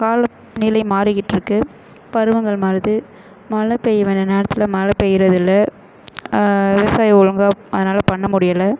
காலப் நிலை மாறிக்கிட்டுருக்குது பருவங்கள் மாறுது மழை பெய்ய வேண்டிய நேரத்தில் மழை பெய்கிறதில்ல விவசாயம் ஒழுங்காக அதனால் பண்ண முடியலை